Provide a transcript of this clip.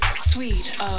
sweet